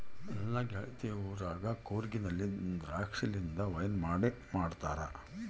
ನನ್ನ ಗೆಳತಿ ಊರಗ ಕೂರ್ಗಿನಲ್ಲಿ ದ್ರಾಕ್ಷಿಲಿಂದ ವೈನ್ ಮಾಡಿ ಮಾಡ್ತಾರ